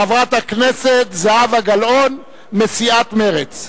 חברת הכנסת זהבה גלאון מסיעת מרצ.